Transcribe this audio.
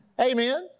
Amen